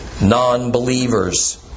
non-believers